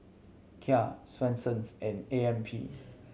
Kia Swensens and A M P